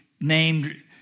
named